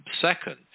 second